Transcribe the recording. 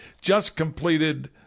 just-completed